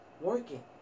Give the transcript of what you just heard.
working